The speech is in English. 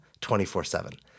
24-7